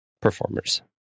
performers